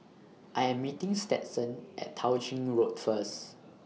I Am meeting Stetson At Tao Ching Road First